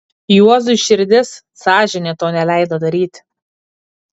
juozui širdis sąžinė to neleido daryti